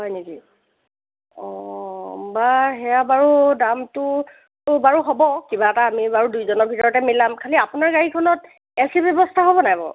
হয় নেকি অঁ বা সেয়া বাৰু দামটো বাৰু হ'ব কিবা এটা আমি বাৰু দুইজনৰ ভিতৰতে মিলাম খালি আপোনাৰ গাড়ীখনত এ চি ব্যৱস্থা হ'ব নাই বাৰু